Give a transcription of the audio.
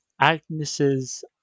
Agnes's